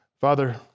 Father